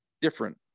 different